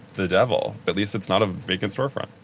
the devil. at least it's not a vacant storefront.